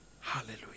Hallelujah